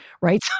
right